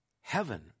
heaven